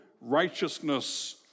righteousness